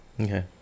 okay